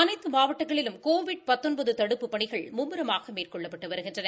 அனைத்து மாவட்டங்களிலும் கோவிட் தடுப்புப் பணிகள் மும்முரமாக மேற்கொள்ளப்பட்டு வருகின்றன